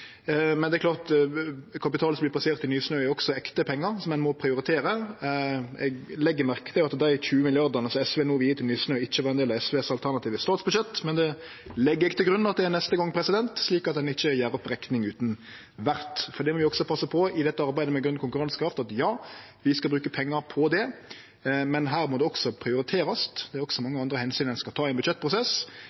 Men det er klart: Kapital som vert plassert i Nysnø, er også ekte pengar som ein må prioritere. Eg legg merke til at dei 20 mrd. kr som SV no vil gje til Nysnø, ikkje var ein del av SVs alternative statsbudsjett. Men det legg eg til grunn at det er neste gong, slik at ein ikkje gjer opp rekning utan vert, for det må vi også passe på i dette arbeidet med grøn konkurransekraft. Ja, vi skal bruke pengar på det, men her må det også prioriterast. Det er mange andre omsyn ein skal ta i ein budsjettprosess,